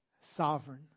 sovereign